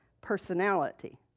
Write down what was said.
personality